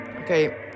Okay